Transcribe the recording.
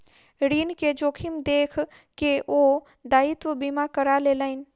ऋण के जोखिम देख के ओ दायित्व बीमा करा लेलैन